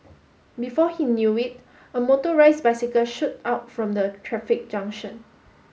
before he knew it a motorised bicycle shoot out from the traffic junction